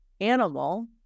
animal